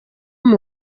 uyu